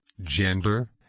gender